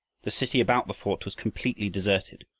the city about the fort was completely deserted,